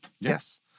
Yes